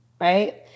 right